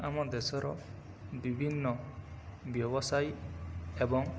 ଆମ ଦେଶର ବିଭିନ୍ନ ବ୍ୟବସାୟୀ ଏବଂ